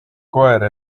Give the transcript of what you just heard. koer